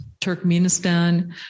Turkmenistan